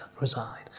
reside